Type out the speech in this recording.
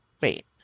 wait